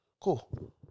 Cool